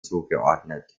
zugeordnet